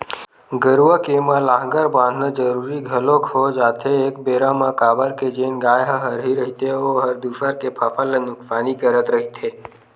गरुवा के म लांहगर बंधाना जरुरी घलोक हो जाथे एक बेरा म काबर के जेन गाय ह हरही रहिथे ओहर दूसर के फसल ल नुकसानी करत रहिथे